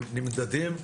הם נמדדים.